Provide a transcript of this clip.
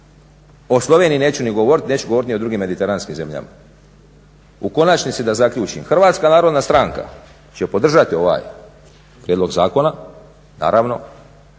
O Sloveniji neću ni govoriti, neću govoriti ni o drugim mediteranskim zemljama. U konačnici, da zaključim, Hrvatska narodna stranka će podržati ovaj prijedlog zakona, naravno.